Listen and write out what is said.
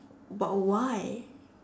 but why